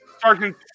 Sergeant